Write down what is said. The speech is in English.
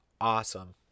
awesome